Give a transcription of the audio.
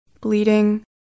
bleeding